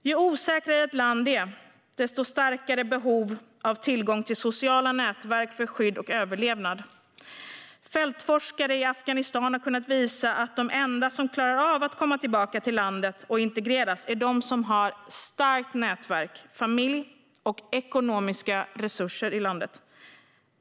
Ju osäkrare ett land är, desto starkare är behovet av tillgång till sociala nätverk för skydd och överlevnad. Fältforskare i Afghanistan har kunnat visa att de enda som klarar av att komma tillbaka till landet och integreras är de som har ett starkt nätverk, familj och ekonomiska resurser i landet.